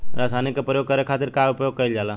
रसायनिक के प्रयोग करे खातिर का उपयोग कईल जाला?